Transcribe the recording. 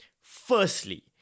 firstly